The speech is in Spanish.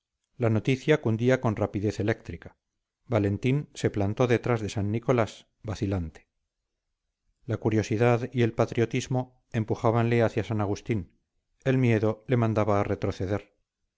la noticia cundía con rapidez eléctrica valentín se plantó detrás de san nicolás vacilante la curiosidad y el patriotismo empujábanle hacia san agustín el miedo le mandaba retroceder